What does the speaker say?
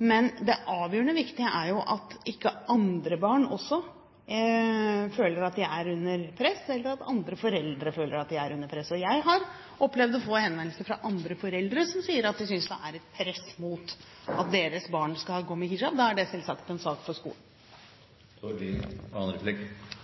Men det avgjørende viktige er at ikke andre barn også føler at de er under press, eller at andre foreldre føler at de er under press. Jeg har opplevd å få henvendelser fra andre foreldre som sier de synes det er et press for at deres barn skal gå med hijab. Da er det selvsagt en sak for skolen. Da